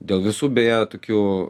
dėl visų beje tokių